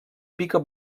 pica